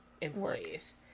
employees